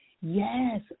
Yes